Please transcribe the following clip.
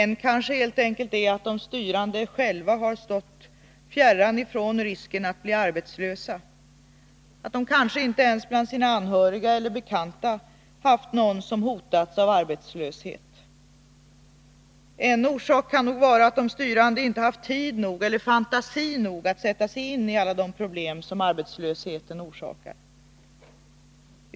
En kanske helt enkelt är att de styrande själva stått fjärran från risken att bli arbetslösa eller att de kanske inte ens bland sina anhöriga eller bekanta haft någon som hotats av arbetslöshet. En orsak kan också vara att de styrande inte har haft tid nog, eller fantasi nog, att sätta sig in i alla de problem som arbetslösheten orsakar.